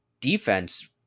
defense